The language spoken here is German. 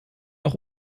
auch